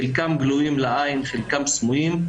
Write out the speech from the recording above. חלקם גלויים לעיין חלקם סמויים,